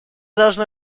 должны